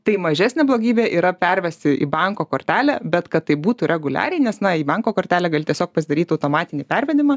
tai mažesnė blogybė yra pervesti į banko kortelę bet kad taip būtų reguliariai nes na į banko kortelę gali tiesiog pasidaryt automatinį pervedimą